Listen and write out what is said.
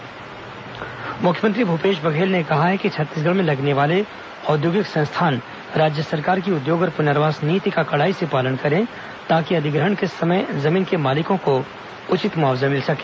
NTPC बैठक मुख्यमंत्री भूपेश बघेल ने कहा है कि छत्तीसगढ़ में लगने वाले औद्योगिक संस्थान राज्य सरकार की उद्योग और पुनर्वास नीति का कड़ाई से पालन करें ताकि अधिग्रहण के समय जमीन के मालिकों को उचित मुआवजा मिल सके